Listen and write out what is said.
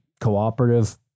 cooperative